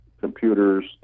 computers